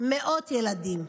מאות ילדים.